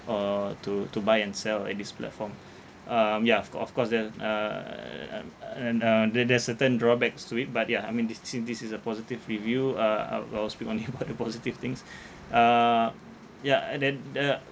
or to to buy and sell at this platform um ya f~ of course the uh and uh there there are certain drawbacks to it but yeah I mean this since this is a positive review uh I will I will speak only about the positive things uh ya and then the